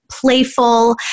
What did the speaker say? playful